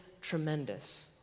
tremendous